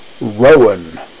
Rowan